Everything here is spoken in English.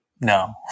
No